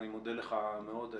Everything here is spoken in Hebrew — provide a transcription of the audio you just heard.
אני מודה לך מאוד.